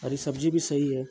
हरी सब्ज़ी भी सही है